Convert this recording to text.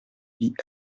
vit